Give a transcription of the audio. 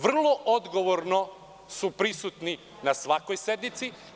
Vrlo odgovorno su prisutni na svakoj sednici.